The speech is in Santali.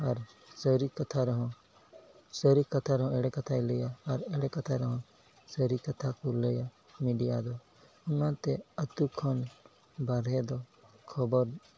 ᱟᱨ ᱥᱟᱹᱨᱤ ᱠᱟᱛᱷᱟ ᱨᱮᱦᱚᱸ ᱥᱟᱹᱨᱤ ᱠᱟᱛᱷᱟ ᱨᱮᱦᱚᱸ ᱮᱲᱮ ᱠᱟᱛᱷᱟᱭ ᱞᱟᱹᱭᱟ ᱟᱨ ᱮᱲᱮ ᱠᱟᱛᱷᱟ ᱨᱮᱦᱚᱸ ᱥᱟᱹᱨᱤ ᱠᱟᱛᱷᱟ ᱠᱚ ᱞᱟᱹᱭᱟ ᱢᱤᱰᱤᱭᱟ ᱫᱚ ᱚᱱᱟᱛᱮ ᱟᱹᱛᱩ ᱠᱷᱚᱱ ᱵᱟᱦᱨᱮ ᱫᱚ ᱠᱷᱚᱵᱚᱨ